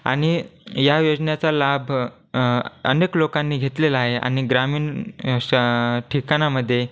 आणि या योजनेचा लाभ अनेक लोकांनी घेतलेला आहे आणि ग्रामीण श ठिकाणामध्ये